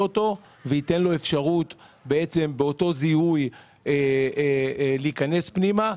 אותו וייתן לו אפשרות באותו זיהוי להיכנס פנימה.